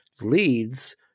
leads